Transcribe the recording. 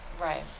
Right